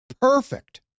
Perfect